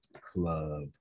Club